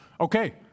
Okay